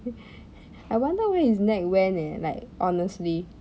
I wonder where his neck went eh like honestly